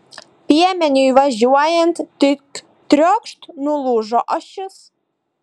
piemeniui važiuojant tik triokšt nulūžo ašis